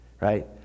right